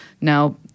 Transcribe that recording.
Now